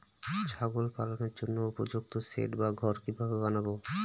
ছাগল পালনের জন্য উপযুক্ত সেড বা ঘর কিভাবে বানাবো?